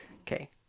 okay